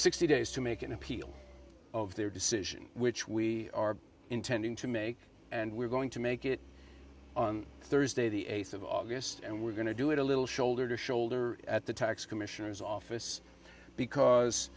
sixty days to make an appeal of their decision which we are intending to make and we're going to make it on thursday the eighth of august and we're going to do it a little shoulder to shoulder at the tax commissioner's office because